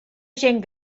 gent